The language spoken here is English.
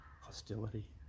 hostility